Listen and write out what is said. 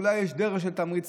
אולי יש דרך של תמריצים,